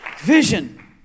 Vision